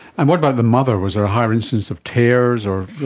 and what about the mother? was there a higher incidence of tears or